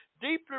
deeply